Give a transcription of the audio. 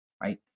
right